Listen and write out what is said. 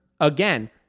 again